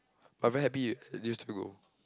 but I very happy eh used to go